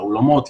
לאולמות,